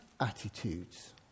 attitudes